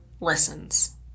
listens